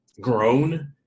grown